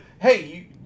hey